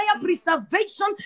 preservation